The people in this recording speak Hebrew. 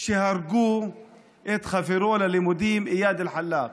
שהרגו את חברו ללימודים איאד אלחלאק.